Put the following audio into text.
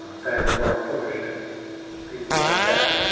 vannevar bush and people like that.